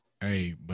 Hey